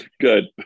Good